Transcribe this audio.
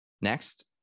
next